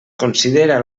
considera